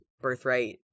birthright